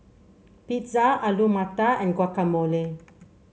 Pizza Alu Matar and Guacamole